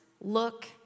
look